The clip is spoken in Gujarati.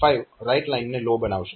5 રાઈટ લાઈનને લો બનાવશે